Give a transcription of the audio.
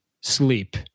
sleep